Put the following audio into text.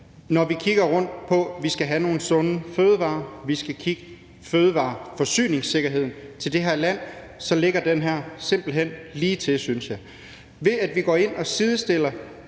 Når vi kigger på, at vi skal have nogle sunde fødevarer, og kigger på, at vi skal have fødevareforsyningssikkerhed i det her land, ligger det her simpelt hen lige til, synes jeg. Når vi går ind og sidestiller